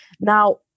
Now